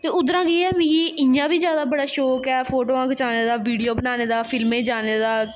ते उद्धरा केह् ऐ मिगी इ'यां बी जैदा बड़ा शौक ऐ फोटुआं खचाने दा वीडियो बनाने दा फिल्में च जाने दा